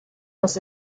los